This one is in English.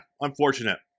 unfortunate